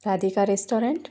Radhika restaurant